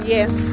Yes